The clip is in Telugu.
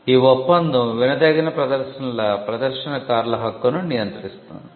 ఈ ఒప్పందం వినదగిన ప్రదర్శనల ప్రదర్శనకారుల హక్కును నియంత్రిస్తుంది